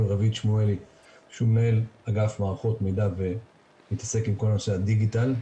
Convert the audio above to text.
רביד שמואלי מנהל אגף מערכות מידע ומתעסק עם נושא הדיגיטל,